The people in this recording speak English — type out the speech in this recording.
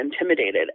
intimidated